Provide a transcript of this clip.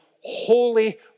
holy